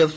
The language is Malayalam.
എഫ്